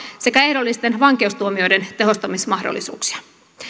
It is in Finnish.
sekä ehdollisten vankeustuomioiden tehostamismahdollisuuksia